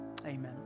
Amen